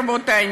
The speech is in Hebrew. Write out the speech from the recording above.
רבותי,